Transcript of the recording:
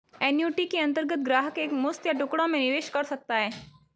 annuity के अंतर्गत ग्राहक एक मुश्त या टुकड़ों में निवेश कर सकता है